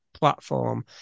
platform